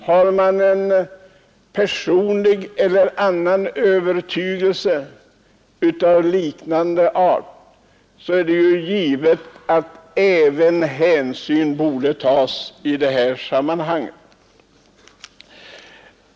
Har man en personlig övertygelse är det givet att hänsyn bör tas även i detta sammanhang.